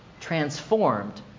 transformed